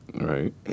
Right